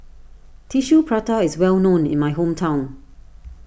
Tissue Prata is well known in my hometown